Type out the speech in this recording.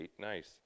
nice